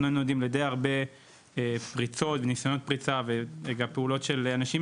כי אנחנו נתונים לדי הרבה פריצות וניסיונות פריצה ופעולות של אנשים